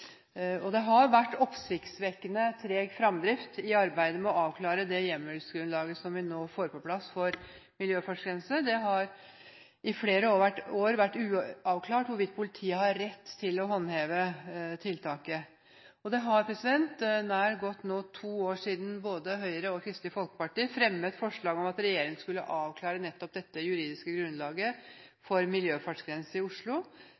miljøfartsgrenser. Det har vært oppsiktsvekkende treg fremdrift i arbeidet med å avklare det hjemmelsgrunnlaget som vi nå får på plass for miljøfartsgrense. Det har i flere år vært uavklart hvorvidt politiet har rett til å håndheve tiltaket, og det er nå nær to år siden Høyre og Kristelig Folkeparti fremmet forslag om at regjeringen skulle avklare nettopp dette juridiske grunnlaget for miljøfartsgrense i Oslo,